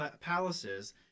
palaces